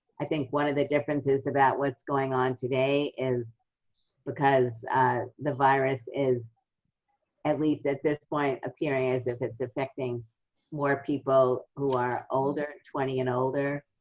i think one of the differences about what's going on today is because the virus is at least at this point appearing as if it's affecting more people who are older, twenty and older.